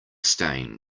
stain